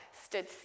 Stood